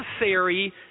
necessary